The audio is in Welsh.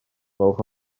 gwelwch